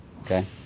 Okay